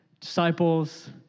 Disciples